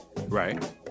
Right